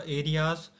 areas